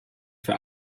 für